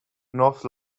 north